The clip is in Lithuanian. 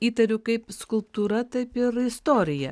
įtariu kaip skulptūra taip ir istorija